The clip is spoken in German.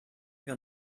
wir